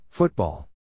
Football